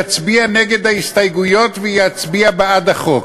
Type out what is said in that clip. יצביע נגד ההסתייגויות ויצביע בעד החוק,